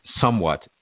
somewhat